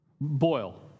Boil